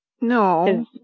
No